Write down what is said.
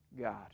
God